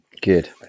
Good